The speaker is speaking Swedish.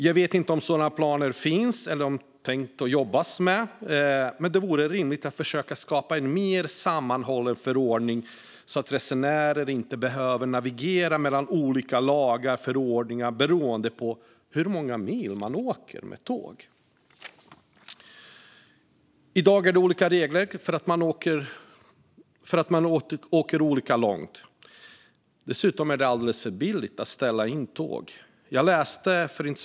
Jag vet inte om sådana planer finns eller om man har tänkt jobba med detta, men det vore rimligt att försöka skapa en mer sammanhållen förordning så att resenärer inte behöver navigera mellan olika lagar och förordningar beroende hur många mil man åker med tåg. I dag gäller olika regler om man åker olika långt. Dessutom är det alldeles för billigt för operatörerna att ställa in tåg.